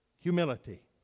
Humility